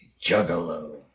Juggalo